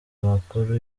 amakuru